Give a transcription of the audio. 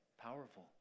Powerful